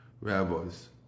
rabbis